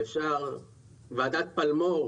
ועדת פלמור